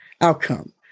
outcome